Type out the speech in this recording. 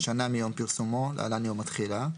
שנה מיום פרסומו (להלן - יום התחילה)